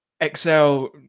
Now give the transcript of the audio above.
Excel